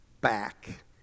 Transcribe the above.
back